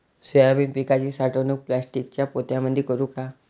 Soybean पिकाची साठवणूक प्लास्टिकच्या पोत्यामंदी करू का?